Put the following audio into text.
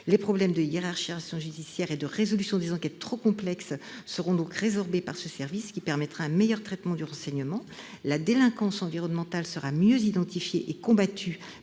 Les problèmes de hiérarchisation judiciaire et de résolution des enquêtes trop complexes seront résorbés par ce service qui permettra un meilleur traitement du renseignement. La délinquance environnementale sera mieux identifiée et combattue